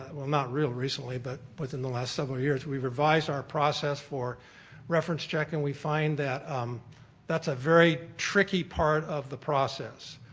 well not really recently but within the last several years we revised our process for reference checking. we find that that's a very tricky part of the process.